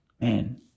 Man